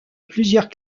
plusieurs